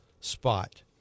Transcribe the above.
spot